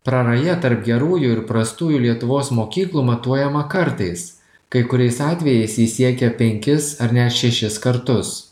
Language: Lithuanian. praraja tarp gerųjų ir prastųjų lietuvos mokyklų matuojama kartais kai kuriais atvejais ji siekia penkis ar net šešis kartus